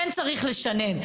כן צריך לשנן.